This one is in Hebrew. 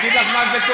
אני אגיד לך מה קורה,